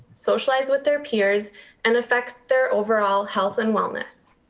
socialize with their peers and affects their overall health and wellness.